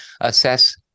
assess